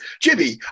Jimmy